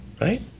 Right